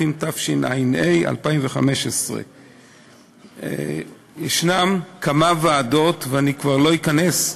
התשע"ה 2015. יש כמה ועדות, ואני כבר לא אכנס,